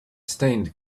stained